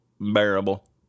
bearable